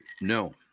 No